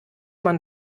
man